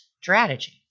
strategy